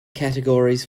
categories